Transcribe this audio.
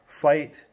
fight